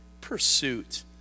pursuit